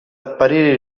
apparire